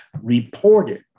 reported